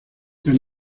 tan